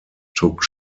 took